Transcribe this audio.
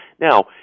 Now